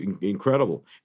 incredible